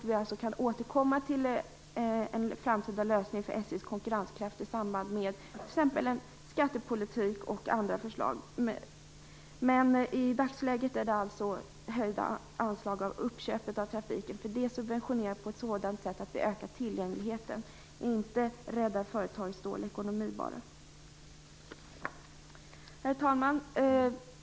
Vi kan återkomma till en framtida lösning vad gäller SJ:s konkurrenskraft i samband med exempelvis skattepolitiken. I dagsläget föreslår vi höjda anslag för uppköp av trafik. Vi subventionerar på ett sådant sätt att vi ökar tillgängligheten - vi räddar inte bara företagens dåliga ekonomi. Herr talman!